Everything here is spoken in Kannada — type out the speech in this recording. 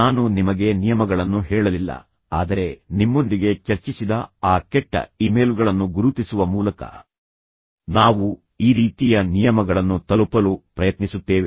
ನಾನು ನಿಮಗೆ ನಿಯಮಗಳನ್ನು ಹೇಳಲಿಲ್ಲ ಆದರೆ ನಿಮ್ಮೊಂದಿಗೆ ಚರ್ಚಿಸಿದ ಆ ಕೆಟ್ಟ ಇಮೇಲ್ಗಳನ್ನು ಗುರುತಿಸುವ ಮೂಲಕ ನಾವು ಈ ರೀತಿಯ ನಿಯಮಗಳನ್ನು ತಲುಪಲು ಪ್ರಯತ್ನಿಸುತ್ತೇವೆ